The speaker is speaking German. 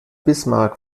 bismarck